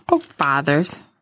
father's